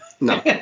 no